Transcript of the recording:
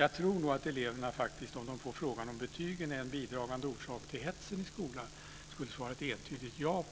Jag tror faktiskt att eleverna om de får frågan om betygen är en bidragande orsak till hetsen i skolan skulle svara entydigt ja.